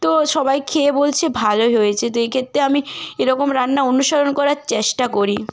তো সবাই খেয়ে বলছে ভালোই হয়েছে তো এইক্ষেত্রে আমি এরকম রান্না অনুসরণ করার চেষ্টা করি